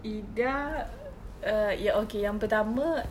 ida err yang okay yang pertama